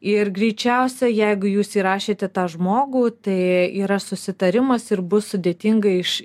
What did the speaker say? ir greičiausiai jeigu jūs įrašėte tą žmogų tai yra susitarimas ir bus sudėtinga iš